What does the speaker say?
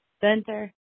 Center